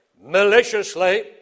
maliciously